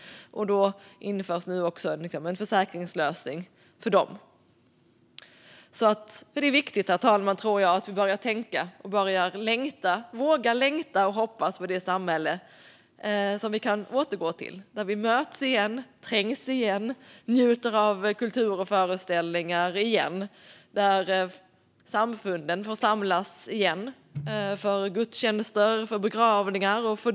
Därför införs nu en försäkringslösning för dem. Det är viktigt att vi nu börjar tänka på, längta efter och hoppas på det samhälle som vi kan återgå till, där vi möts igen, trängs igen och njuter av kultur och föreställningar igen. Där får samfunden samlas igen för gudstjänster, begravningar och dop.